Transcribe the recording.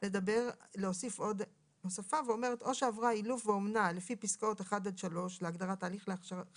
או חיה מהסוגים המפורטים בתוספת השביעית,